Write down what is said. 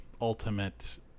ultimate